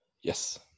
Yes